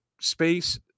space